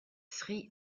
sri